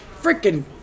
freaking